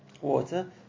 water